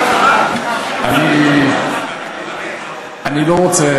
אני לא רוצה